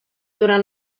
durant